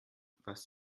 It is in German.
was